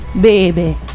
baby